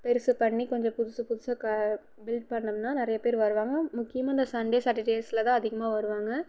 பெருசு பண்ணி கொஞ்சம் புதுசு புதுசாக பில்ட் பண்ணிணோம்னா நிறைய பேர் வருவாங்க முக்கியமாக இந்த சண்டே சாட்டர்டேஸில்தான் அதிகமாக வருவாங்க